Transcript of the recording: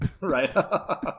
Right